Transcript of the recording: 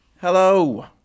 Hello